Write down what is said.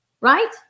right